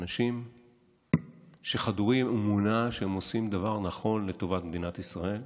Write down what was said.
אנשים שחדורים אמונה שהם עושים דבר נכון לטובת מדינת ישראל.